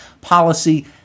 policy